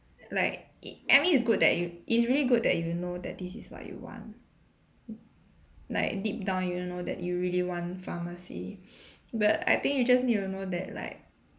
like it I mean it's good that you is really good that you know that this is what you want like deep down you will know that you really want pharmacy but I think you just need to know that like